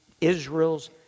Israel's